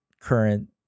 current